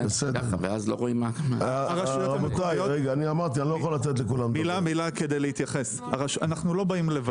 ואז לא רואים מה --- אנחנו לא באים לבטל,